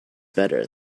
better